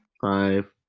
Five